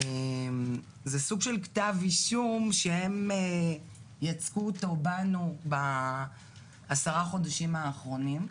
זה סוג של כתב אישום שהם יצקו אותו בנו בעשרה החודשים האחרונים,